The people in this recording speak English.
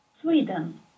Sweden